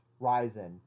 Ryzen